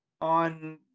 on